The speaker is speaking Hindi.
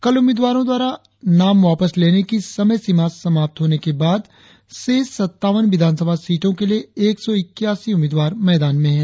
कल उम्मीदवारो द्वारा नाम वापस लेने की समय सीमा समाप्त होने के बाद शेष सत्तावन विधान सभा सीटो के लिए एक सौ इक्कासी उम्मीदवार मैदान में है